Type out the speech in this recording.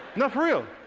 no for real.